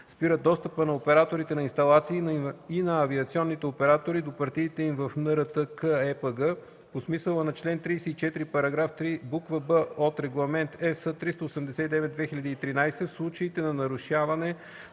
спират достъпа на операторите на инсталации и на авиационните оператори до партидите им в НРТКЕПГ по смисъла на чл. 34, параграф 3, буква „б” от Регламент (ЕС) № 389/2013 в случаите на нарушаване